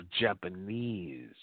Japanese